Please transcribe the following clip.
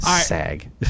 sag